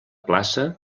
plaça